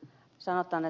kun sanotaan